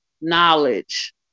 knowledge